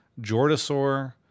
Jordasaur